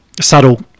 subtle